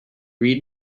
read